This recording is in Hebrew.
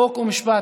חוק ומשפט